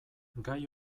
gai